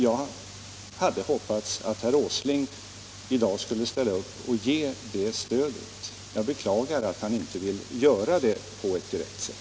Jag hade hoppats att herr Åsling i dag skulle ställa upp för att ge dem det stödet. Jag beklagar att han inte vill göra det på ett riktigt sätt.